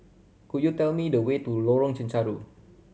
could you tell me the way to Lorong Chencharu